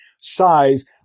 size